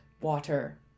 water